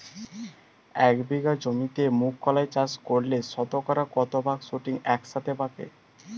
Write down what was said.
এক বিঘা জমিতে মুঘ কলাই চাষ করলে শতকরা কত ভাগ শুটিং একসাথে পাকে?